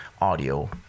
audio